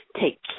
take